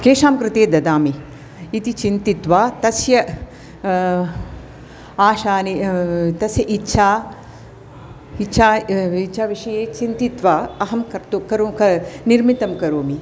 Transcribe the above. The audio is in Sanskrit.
केषां कृते ददामि इति चिन्तित्वा तस्य आशा तस्य इच्छा इच्छा विषये चिन्तित्वा अहं कर्तु करो कर् निर्मितिं करोमि